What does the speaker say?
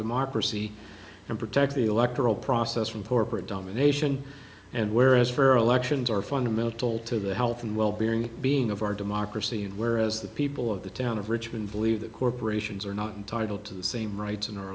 democracy and protect the electoral process from corporate domination and where as for elections are fundamental to the health and well being being of our democracy and where as the people of the town of richmond believe that corporations are not entitled to the same rights in our